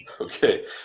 Okay